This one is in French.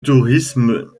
tourisme